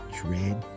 dread